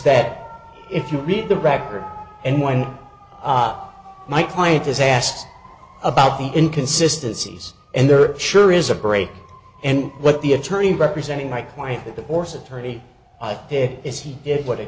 that if you read the record and wind up my client is asked about the inconsistency and there sure is a break and what the attorney representing my client the divorce attorney here is he did what a